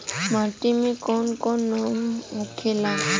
माटी के कौन कौन नाम होखेला?